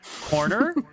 corner